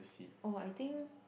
oh I think